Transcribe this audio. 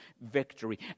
victory